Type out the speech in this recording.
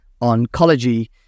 Oncology